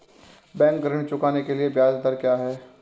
Bank ऋण चुकाने के लिए ब्याज दर क्या है?